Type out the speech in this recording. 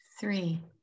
three